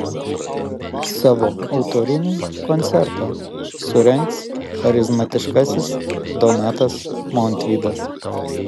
savo autorinį koncertą surengs charizmatiškasis donatas montvydas